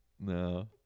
No